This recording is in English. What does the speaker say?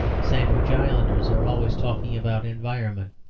sandwich islanders are always talking about environment,